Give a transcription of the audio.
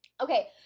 Okay